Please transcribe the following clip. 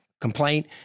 complaint